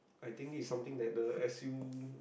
I think this is something that the S U